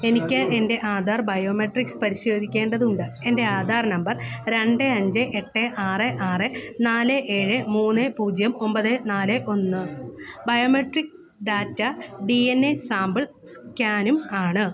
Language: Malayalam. എനിക്ക് എൻ്റെ ആധാർ ബയോമെട്രിക്സ് പരിശോധിക്കേണ്ടതുണ്ട് എൻ്റെ ആധാർ നമ്പർ രണ്ട് അഞ്ച് എട്ട് ആറ് ആറ് നാല് ഏഴ് മൂന്ന് പൂജ്യം ഒമ്പത് നാല് ഒന്ന് biometric data D N A sample സ്കാനും ആണ്